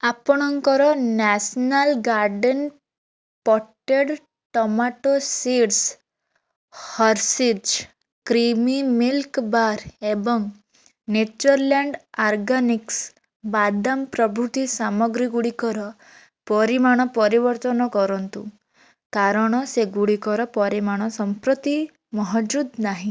ଆପଣଙ୍କର national garden potted tomato seeds Hershey's creamy milk bar ଏବଂ Natureland organics ବାଦାମ ପ୍ରଭୃତି ସାମଗ୍ରୀଗୁଡ଼ିକର ପରିମାଣ ପରିବର୍ତ୍ତନ କରନ୍ତୁ କାରଣ ସେଗୁଡ଼ିକର ପରିମାଣ ସମ୍ପ୍ରତି ମହଜୁଦ ନାହିଁ